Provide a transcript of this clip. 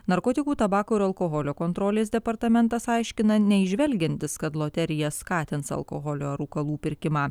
narkotikų tabako ir alkoholio kontrolės departamentas aiškina neįžvelgiantis kad loterija skatins alkoholio rūkalų pirkimą